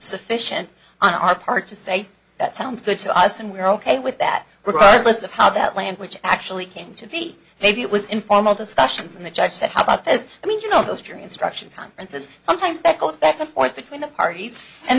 sufficient on our part to say that sounds good to us and we're ok with that regardless of how that land which actually came to be maybe it was informal discussions and the judge said how about this i mean you know those jury instruction conferences sometimes that goes back and forth between the parties and